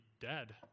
dead